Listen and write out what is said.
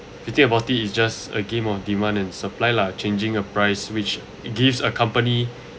you think about it is just a game of demand and supply lah changing a price which gives a company